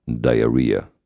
diarrhea